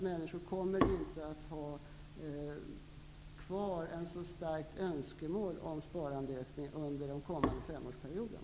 Människor kommer nämligen inte att ha kvar ett sådant starkt önskemål om en sparandeökning under den kommande femårsperioden.